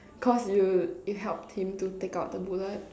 cause you you helped him to take out the bullet